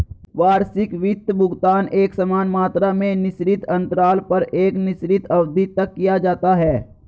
वार्षिक वित्त भुगतान एकसमान मात्रा में निश्चित अन्तराल पर एक निश्चित अवधि तक किया जाता है